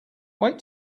wait